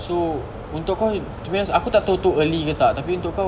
so untuk kau to be honest aku tak tahu tu too early ke tak tapi untuk kau